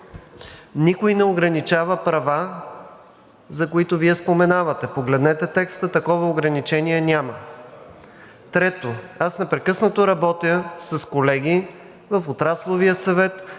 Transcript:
никой не ограничава права, за които Вие споменавате. Погледнете текста – такова ограничение няма. Трето, аз непрекъснато работя с колеги в Отрасловия съвет,